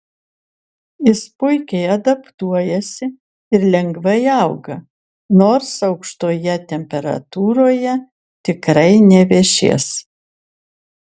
jis puikiai adaptuojasi ir lengvai auga nors aukštoje temperatūroje tikrai nevešės